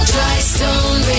Drystone